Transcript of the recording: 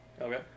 Okay